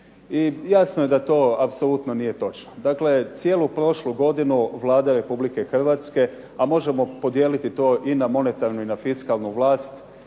I jasno je da to apsolutno nije točno. Dakle, cijelu prošlu godinu Vlada Republike Hrvatske, a možemo podijeliti to i na monetarnu i na fiskalnu vlast,